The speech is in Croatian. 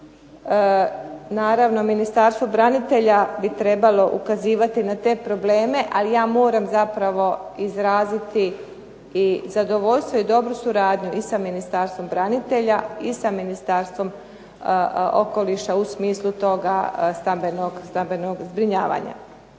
Naravno Ministarstvo branitelja bi trebalo ukazivati na te probleme, ali ja moram zapravo izraziti i zadovoljstvo i dobru suradnju i sa Ministarstvom branitelja i sa Ministarstvom okoliša u smislu toga stambenog zbrinjavanja.